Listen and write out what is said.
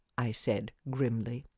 i said grimly.